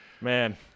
Man